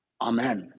amen